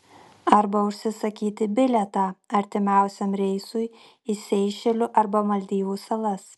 arba užsisakyti bilietą artimiausiam reisui į seišelių arba maldyvų salas